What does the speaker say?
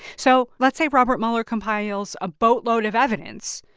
so let's say robert mueller compiles a boatload of evidence.